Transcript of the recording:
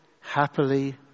happily